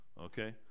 Okay